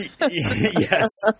Yes